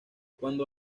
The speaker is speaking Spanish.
cuando